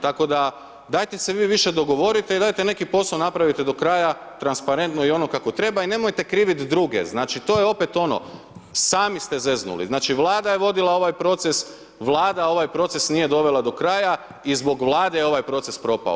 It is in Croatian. Tako da dajte se vi više dogovorite i dajte neki posao napravite do kraja transparentno i ono kako treba i nemojte krivite druge, znači to je opet ono, sami ste zeznuli, znači Vlada je vodila ovaj proces, Vlada ovaj proces nije dovela do kraja i zbog Vlade je ovaj proces propao.